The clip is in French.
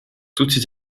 toutes